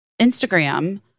Instagram